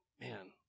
man